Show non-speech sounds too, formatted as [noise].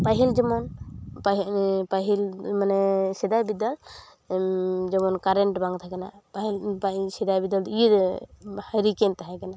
ᱯᱟᱦᱤᱞ ᱡᱮᱢᱚᱱ [unintelligible] ᱯᱟᱦᱤᱞ ᱢᱟᱱᱮ ᱥᱮᱫᱟᱭ ᱵᱤᱫᱟᱹᱞ ᱡᱮᱢᱚᱱ ᱠᱟᱨᱮᱱᱴ ᱵᱟᱝ ᱛᱟᱦᱮᱸᱠᱟᱱᱟ ᱯᱟᱦᱤᱞ ᱥᱮᱫᱟᱭ ᱵᱤᱫᱟᱹᱞ [unintelligible] ᱦᱟᱨᱤᱠᱮᱱ ᱛᱮᱦᱮᱸᱠᱟᱱᱟ